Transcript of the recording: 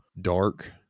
dark